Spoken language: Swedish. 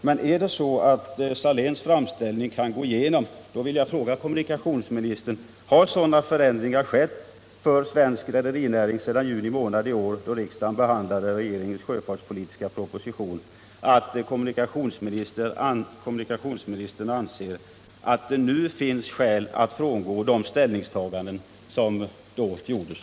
Men skulle det förhålla sig så, att Saléns framställning kan gå igenom, vill jag fråga kommunikationsministern: Har sådana förändringar skett för svensk rederinäring sedan juni månad i år, då riksdagen behandlade regeringens proposition om vissa sjöfartsfrågor, att kommunikationsministern anser att det nu finns skäl att frångå de ställningstaganden som då gjordes?